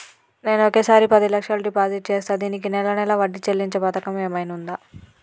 నేను ఒకేసారి పది లక్షలు డిపాజిట్ చేస్తా దీనికి నెల నెల వడ్డీ చెల్లించే పథకం ఏమైనుందా?